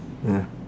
ya